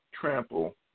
trample